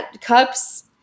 cups